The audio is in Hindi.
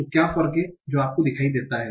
तो क्या फर्क है जो आपको दिखाई देता है